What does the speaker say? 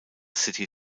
city